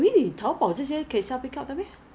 orh 三三十二十八天而已